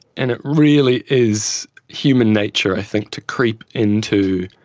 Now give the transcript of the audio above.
and it really is human nature i think to creep into